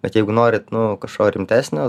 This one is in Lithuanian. bet jeigu norit nu kažko rimtesnio